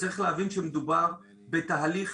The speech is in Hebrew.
צריך להבין שמדובר בתהליך